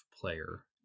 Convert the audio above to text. player